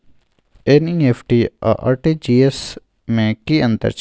NEFT आ RTGS में की अन्तर छै?